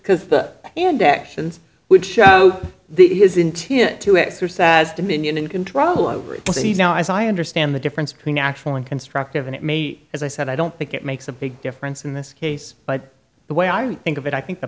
because the and actions would show the his intent to exercise dominion and control over it now as i understand the difference between actual and constructive and it may be as i said i don't think it makes a big difference in this case but the way i think of it i think the